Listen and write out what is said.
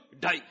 die